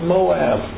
Moab